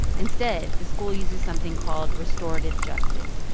instead, the school uses something called restorative justice.